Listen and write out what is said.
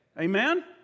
Amen